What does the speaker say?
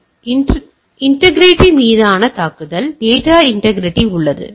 எனவே இது இன்டேகிரிட்டி இன் மீதான தாக்குதல் டேட்டாவின் இன்டேகிரிட்டி உள்ளது